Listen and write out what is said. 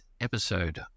episode